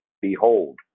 behold